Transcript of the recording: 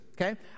Okay